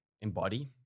embody